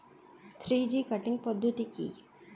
Three G cutting পদ্ধতি কি?